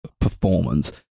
performance